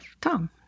Tom